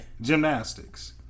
gymnastics